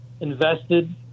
invested